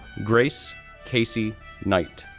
grace casey knight,